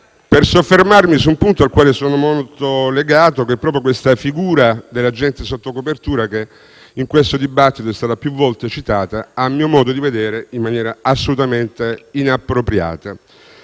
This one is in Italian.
per soffermarmi su un punto al quale sono molto legato, che è proprio la figura dell'agente sotto copertura che in questo dibattito è stata più volte citata, a mio modo di vedere, in maniera assolutamente inappropriata.